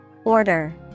Order